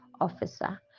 officer